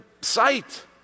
sight